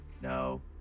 No